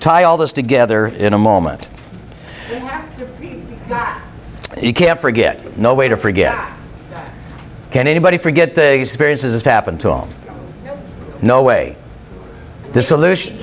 this together in a moment you can't forget no way to forget can anybody forget the experience as happened to him no way the solution